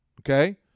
okay